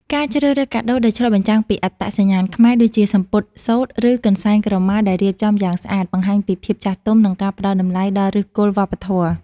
ការជ្រើសរើសកាដូដែលឆ្លុះបញ្ចាំងពីអត្តសញ្ញាណខ្មែរ ដូចជាសំពត់សូត្រ ឬកន្សែងក្រមាដែលរៀបចំយ៉ាងស្អាត បង្ហាញពីភាពចាស់ទុំ និងការផ្ដល់តម្លៃដល់ឫសគល់វប្បធម៌។